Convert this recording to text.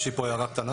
יש לי פה הערה קטנה.